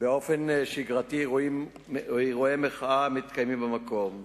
באופן שגרתי אירועי מחאה המתקיימים במקום.